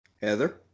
Heather